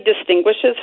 distinguishes